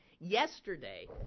Yesterday